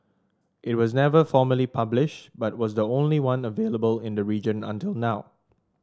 it was never formally published but was the only one available in the region until now